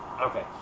Okay